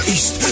East